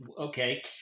Okay